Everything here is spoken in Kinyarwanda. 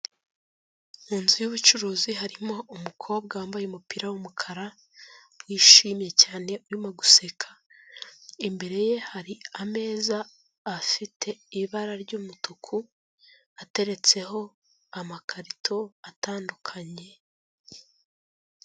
Mu nzu y'ubucuruzi harimo umukobwa wambaye umupira w'umukara wishimye cyane urimo guseka, imbere ye hari ameza afite ibara ry'umutuku ateretseho amakarito atandukanye.